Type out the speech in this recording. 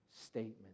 statement